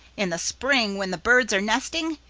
in the spring when the birds are nesting,